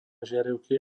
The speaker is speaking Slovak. žiarivky